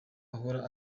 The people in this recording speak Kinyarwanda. ahora